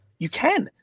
you can,